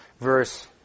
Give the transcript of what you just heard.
verse